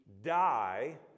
die